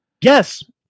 Yes